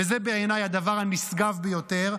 וזה בעיניי הדבר הנשגב ביותר,